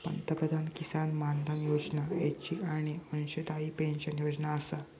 पंतप्रधान किसान मानधन योजना ऐच्छिक आणि अंशदायी पेन्शन योजना आसा